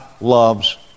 loves